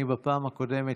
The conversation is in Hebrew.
אני בפעם הקודמת,